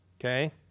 Okay